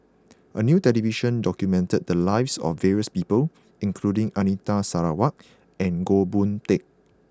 a new television show documented the lives of various people including Anita Sarawak and Goh Boon Teck